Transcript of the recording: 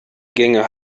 gänge